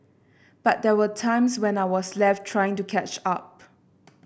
but there were times when I was left trying to catch up